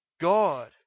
God